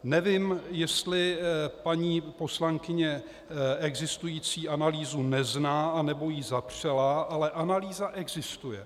Nevím, jestli paní poslankyně existující analýzu nezná, anebo ji zapřela, ale analýza existuje.